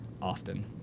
Often